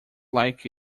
like